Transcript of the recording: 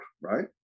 right